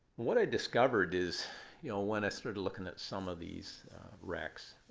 what i discovered is you know when i started looking at some of these wrecks,